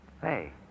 Hey